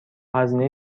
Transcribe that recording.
هزینه